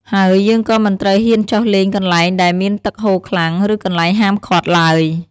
ហើយយើងក៏មិនត្រូវហ៊ានចុះលេងកន្លែងដែលមានទឹកហូរខ្លាំង ឬកន្លែងហាមឃាត់ឡើយ។